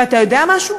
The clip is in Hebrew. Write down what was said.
ואתה יודע משהו?